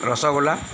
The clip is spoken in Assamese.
ৰসগোল্লা